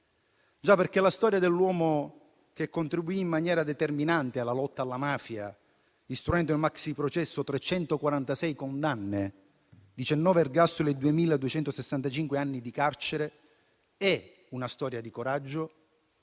Già, perché la storia dell'uomo che contribuì in maniera determinante alla lotta alla mafia istruendo il maxiprocesso (346 condanne, 19 ergastoli, 2.265 anni di carcere) è una storia di coraggio